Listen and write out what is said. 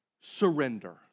surrender